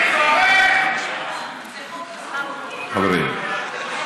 יש אופוזיציה, חברים, חברים.